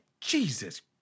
Jesus